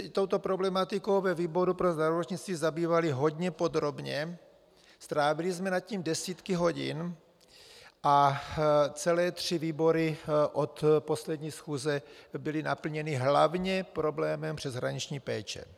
My jsme se touto problematikou ve výboru pro zdravotnictví zabývali hodně podrobně, strávili jsme nad tím desítky hodin a celé tři výbory od poslední schůze byly naplněny hlavně problémem přeshraniční péče.